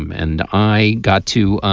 um and i got to